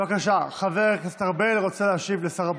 בבקשה, חבר הכנסת ארבל רוצה להשיב לשר הבריאות?